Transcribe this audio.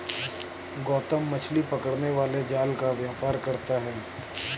गौतम मछली पकड़ने वाले जाल का व्यापार करता है